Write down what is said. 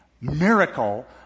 miracle